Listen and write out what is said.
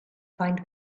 find